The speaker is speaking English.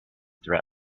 threat